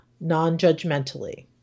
non-judgmentally